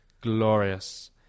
Glorious